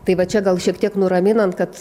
tai va čia gal šiek tiek nuraminant kad